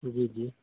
جی جی